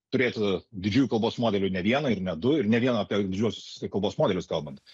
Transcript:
turėti didžiųjų kalbos modelių ne vieną ir ne du ir ne vien apie didžiuosius kalbos modelius kalbant